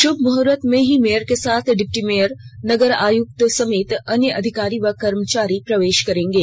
शुभ मुहूर्त में ही मेयर के साथ डिप्टी मेयर नगर आयुक्त समेत अन्य अधिकारी व कर्मचारी प्रवेश करेंगे